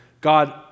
God